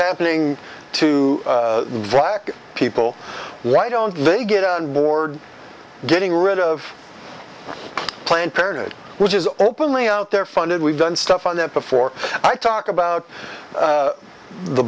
happening to black people why don't they get on board getting rid of planned parenthood which is openly out there funded we've done stuff on them before i talk about